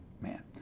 man